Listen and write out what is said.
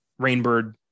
Rainbird